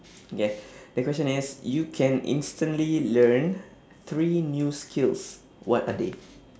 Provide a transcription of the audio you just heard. ya the question is you can instantly learn three new skills what are they